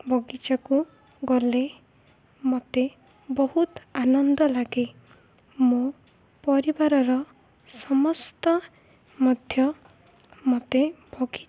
ବଗିଚାକୁ ଗଲେ ମତେ ବହୁତ ଆନନ୍ଦ ଲାଗେ ମୋ ପରିବାରର ସମସ୍ତ ମଧ୍ୟ ମତେ ବଗିଚା